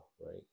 right